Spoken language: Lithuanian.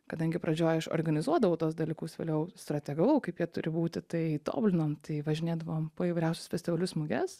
kadangi pradžioj aš organizuodavau tuos dalykus vėliau strategavau kaip jie turi būti tai tobulinom tai važinėdavom po įvairiausius festivalius muges